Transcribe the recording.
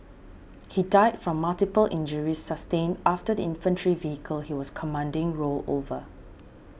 he died from multiple injuries sustained after the infantry vehicle he was commanding rolled over